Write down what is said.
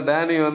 Danny